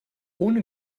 ohne